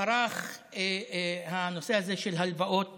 פרח הנושא הזה של הלוואות